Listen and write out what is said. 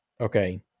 okay